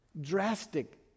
drastic